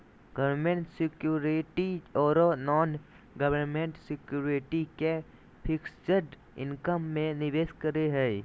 government securities ओरो non government securities के fixed income में निवेश करे हइ